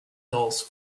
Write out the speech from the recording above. dulce